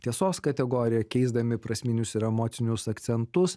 tiesos kategoriją keisdami prasminius ir emocinius akcentus